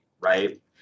right